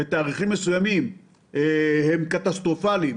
בתאריכים מסוימים הם קטסטרופליים,